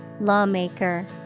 Lawmaker